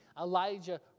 Elijah